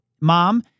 mom